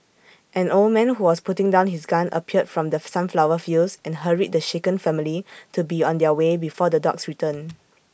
an old man who was putting down his gun appeared from the sunflower fields and hurried the shaken family to be on their way before the dogs return